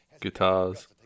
guitars